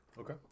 Okay